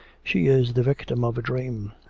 she is the victim of a dream.